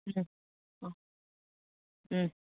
ꯎꯝ ꯑ ꯎꯝ